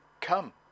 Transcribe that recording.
come